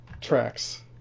tracks